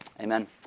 Amen